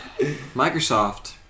Microsoft